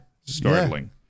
Startling